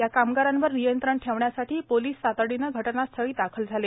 या कामगारांवर नियंत्रण ठेवण्यासाठी पोलिस तातडीने घटनास्थळी दाखल झाले